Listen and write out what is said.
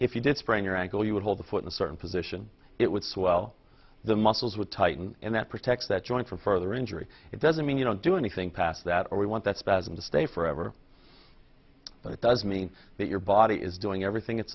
if you did sprain your ankle you would hold the foot in a certain position it would swell the muscles would tighten and that protects that joint from further injury it doesn't mean you know do anything past that or we want that spasm to stay forever but it does mean that your body is doing everything it's